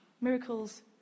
miracles